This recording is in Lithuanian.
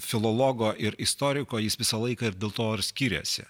filologo ir istoriko jis visą laiką ir dėl to ir skiriasi